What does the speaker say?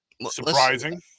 Surprising